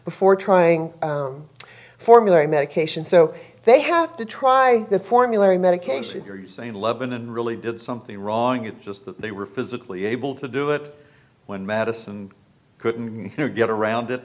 before trying formulary medication so they have to try the formulary medication or you say lebanon really did something wrong it's just that they were physically able to do it when madison couldn't get around it